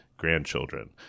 grandchildren